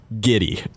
giddy